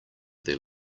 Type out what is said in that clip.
their